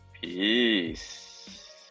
Peace